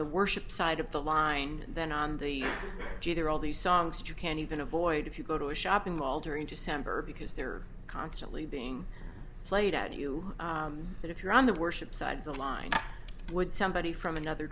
the worship side of the line than on the other all these songs that you can even avoid if you go to a shopping mall during december because they're constantly being played out you that if you're on the worship side the line would somebody from another